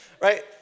Right